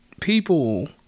people